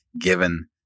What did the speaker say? given